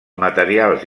materials